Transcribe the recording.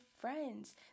friends